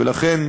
ולכן,